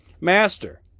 Master